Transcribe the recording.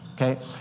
okay